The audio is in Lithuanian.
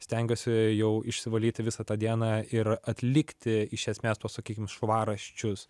stengiuosi jau išsivalyti visą tą dieną ir atlikti iš esmės tuos sakykim švarraščius